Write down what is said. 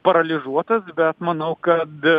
paralyžuotos bet manau kad